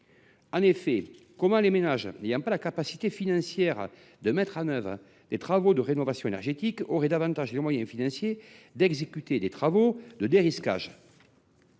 En effet, comment les ménages n’ayant pas la capacité financière de mettre en œuvre des travaux de rénovation énergétique auraient ils davantage les moyens financiers d’exécuter des travaux de dérisquage ?